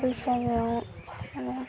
बैसागुआव